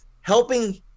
helping